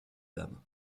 dames